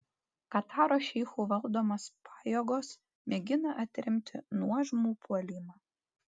kataro šeichų valdomos pajėgos mėgina atremti nuožmų puolimą